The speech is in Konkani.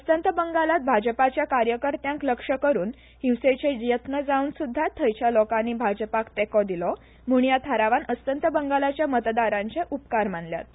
अस्तंत बंगालात भाजपाच्या कार्यकर्त्यांक लक्ष्य करून हिंसेचे यत्न जावन सुध्दा थंयच्या लोकानी भाजपाक तेकों दिलो म्हूण ह्या थारावान अस्तंत बंगालाच्या मतदाराचे उपकार मानल्यात